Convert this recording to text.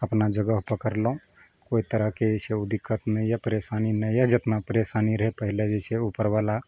अपना जगह पकड़लहुँ कोइ तरहके जे छै ओ दिक्कत नहि यऽ परेशानी नहि यऽ जेतना परेशानी रहै पहिले जे छै उपरबाला